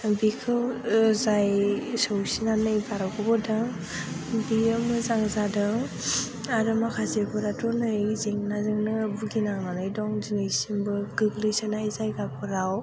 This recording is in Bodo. बेखौ जाय सौसिनानै बारग'बोदों बियो मोजां जादों आरो माखासेफोराथ' नै जेंनाजोंनो भुगिनांनानै दं दिनैसिमबो गोग्लैसोनाय जायगाफोराव